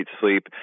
sleep